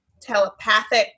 telepathic